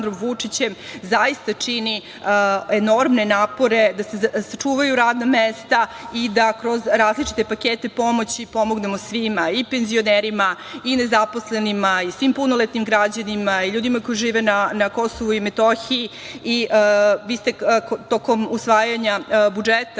zaista čini enormne napore da se sačuvaju radna mesta i da kroz različite pakete pomoći pomognemo svima, i penzionerima i nezaposlenima i svim punoletnim građanima i ljudima koji žive na KiM.Vi ste tokom usvajanja budžeta